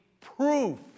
proof